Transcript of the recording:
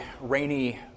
rainy